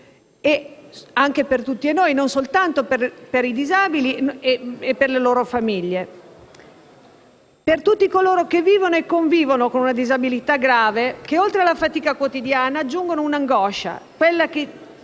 è anche per tutti noi, non soltanto per i disabili e per le loro famiglie. È una giornata importante per tutti coloro che vivono e convivono con una disabilità grave, che alla fatica quotidiana, aggiungono un'angoscia,